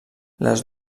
les